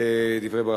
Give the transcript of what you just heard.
דברי ברכה.